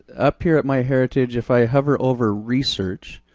up here at myheritage, if i hover over research,